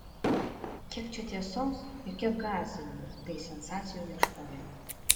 kiek čia tiesos ir kiek gąsdinimų bei sensacijų ieškojimo